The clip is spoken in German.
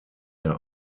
der